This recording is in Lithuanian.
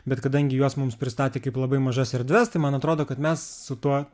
bet kadangi juos mums pristatė kaip labai mažas erdves tai man atrodo kad mes su tuo